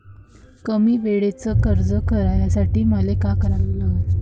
कमी वेळेचं कर्ज घ्यासाठी मले का करा लागन?